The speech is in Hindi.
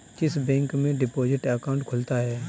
किस बैंक में डिपॉजिट अकाउंट खुलता है?